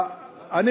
הוא נוצרי.